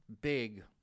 big